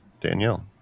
Danielle